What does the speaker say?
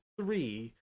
three